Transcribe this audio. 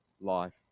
life